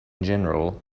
general